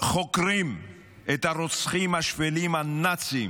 כשחוקרים את הרוצחים השפלים, הנאצים